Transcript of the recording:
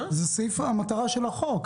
זה סעיף המטרה של החוק.